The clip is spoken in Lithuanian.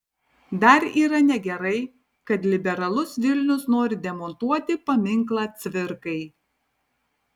dar yra negerai kad liberalus vilnius nori demontuoti paminklą cvirkai